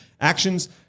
actions